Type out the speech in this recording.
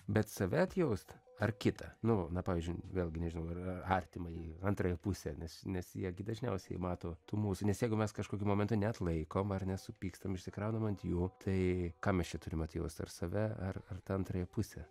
bet save atjausti ar kitą nu na pavyzdžiui vėlgi nežinau ar artimąjį antrąją pusę nes nes jie gi dažniausiai mato tų mūsų nes jeigu mes kažkokiu momentu neatlaikom ar ne supykstam išsikraunam ant jų tai ką mes čia turim atjaust ar save ar ar tą antrąją pusę